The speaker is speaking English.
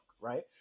Right